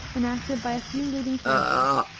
enacted by a few leading characters,